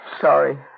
Sorry